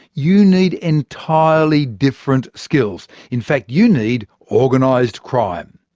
you need entirely different skills in fact, you need organised crime.